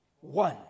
one